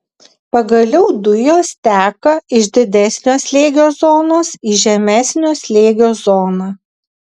pagaliau dujos teka iš didesnio slėgio zonos į žemesnio slėgio zoną